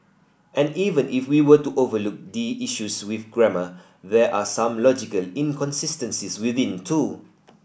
and even if we were to overlook the issues with grammar there are some logical inconsistencies within too